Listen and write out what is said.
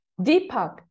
Deepak